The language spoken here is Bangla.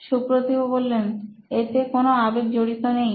সুপ্রতিভ এতে কোনো আবেগ জড়িত নেই